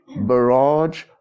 barrage